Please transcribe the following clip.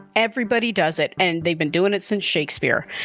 everybody does it. and they've been doing it since shakespeare.